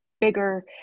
bigger